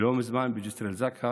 לא מזמן בג'סר א-זרקא